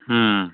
ம்